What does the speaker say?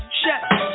chef